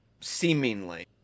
seemingly